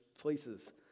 places